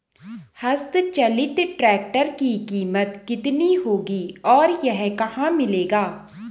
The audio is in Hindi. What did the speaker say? हस्त चलित ट्रैक्टर की कीमत कितनी होगी और यह कहाँ मिलेगा?